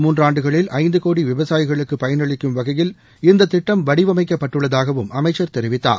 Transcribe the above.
மூன்றுஆண்டுகளில் ஐந்துகோடிவிவசாயிகளுக்குபயனளிக்கும் வகையில் இந்ததிட்டம் முதல் வடிவமைக்கப் பட்டுள்ளதாகவும் அமைச்சர் தெரிவித்தார்